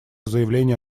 заявления